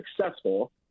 successful